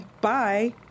bye